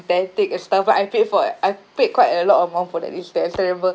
~thentic and stuff like I paid for it I paid quite a lot of amount for that which that I still remember